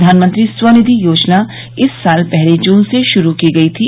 प्रधानमंत्री स्वनिधि योजना इस साल पहली जून से शुरू की गई थी